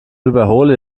überhole